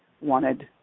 wanted